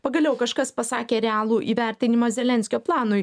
pagaliau kažkas pasakė realų įvertinimą zelenskio planui